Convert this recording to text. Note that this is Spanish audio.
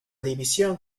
división